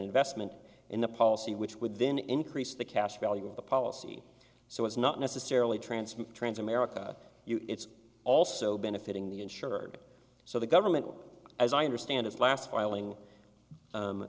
investment in the policy which would then increase the cash value of the policy so it's not necessarily transmitted transamerica it's also benefiting the insured so the government as i understand it last filing